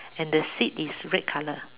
and the seat is red color